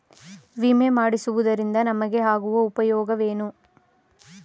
ವಿಮೆ ಮಾಡಿಸುವುದರಿಂದ ನಮಗೆ ಆಗುವ ಉಪಯೋಗವೇನು?